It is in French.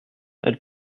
elles